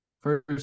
First